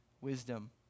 wisdom